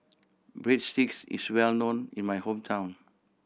breadsticks is well known in my hometown